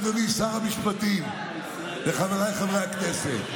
אדוני שר המשפטים וחבריי חברי הכנסת,